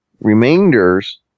remainders